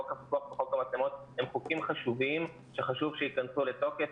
חוק הפיקוח וחוק המצלמות הם חוקים חשובים שחשוב שיכנסו לתוקף,